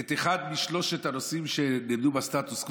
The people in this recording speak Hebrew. את אחד משלושת הנושאים שנעמדו בסטטוס קוו,